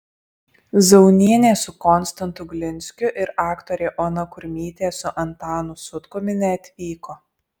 zaunienė su konstantu glinskiu ir aktorė ona kurmytė su antanu sutkumi neatvyko